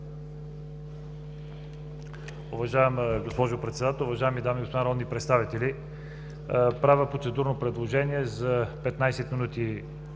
Уважаема госпожо Председател, уважаеми дами и господа народни представители! Правя процедурно предложение да прекъснем